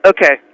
Okay